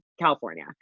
California